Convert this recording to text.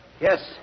Yes